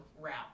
route